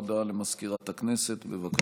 הודעה למזכירת הכנסת, בבקשה.